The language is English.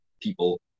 people